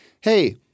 hey